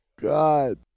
God